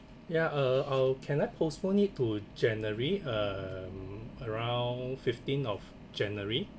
yeah uh I'll can I postpone it to january um around fifteenth of january